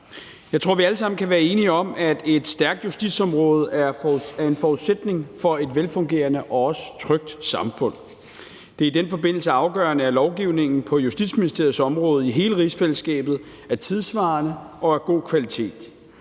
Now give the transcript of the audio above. Jeg tror, vi alle sammen kan være enige om, at et stærkt justitsområde er en forudsætning for et velfungerende og også trygt samfund. Det er i den forbindelse afgørende, at lovgivningen på Justitsministeriets område i hele rigsfællesskabet er tidssvarende og af god kvalitet.